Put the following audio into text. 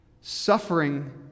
Suffering